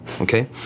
Okay